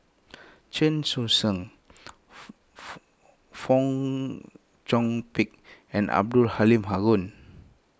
Chen Sucheng Fong Chong Pik and Abdul Halim Haron